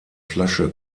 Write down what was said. flasche